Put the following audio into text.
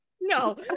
No